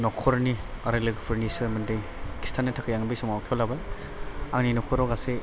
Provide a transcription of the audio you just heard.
न'खरनि आरो लोगोफोरनि सोमोन्दै खिथानो थाखाय आं बे समाव आखायाव लाबाय आंनि न'खराव गासै